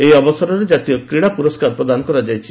ଏହି ଅବସରରେ ଜାତୀୟ କ୍ରୀଡ଼ା ପୁରସ୍କାର ପ୍ରଦାନ କରାଯାଇଛି